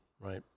Right